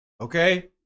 okay